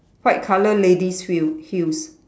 white colour ladies fee~ heels